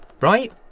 Right